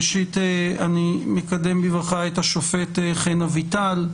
ראשית אני מקדם בברכה את השופט חן אביטל,